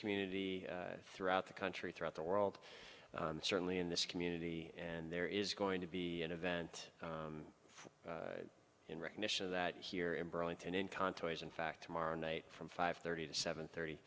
community throughout the country throughout the world certainly in this community and there is going to be an event in recognition of that here in burlington in cantars in fact tomorrow night from five thirty to seven thirty